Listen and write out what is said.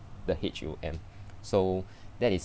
the H U M so that is